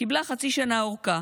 קיבלה חצי שנה ארכה.